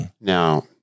Now